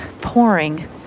pouring